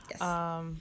Yes